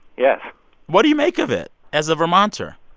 yeah what do you make of it as a vermonter?